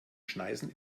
schneisen